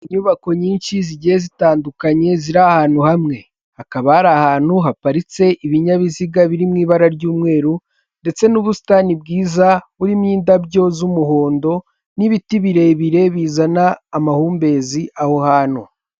Inyubako nyinshi zigiye zitandukanye ziri ahantu hamwe hakaba hari ahantu haparitse ibinyabiziga biri m'ibara ry'umweru ndetse n'ubusitani bwiza burimo indabyo z'umuhondo n'ibiti birebire bizana amahumbezi aho hantu.